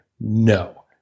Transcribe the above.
No